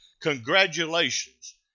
congratulations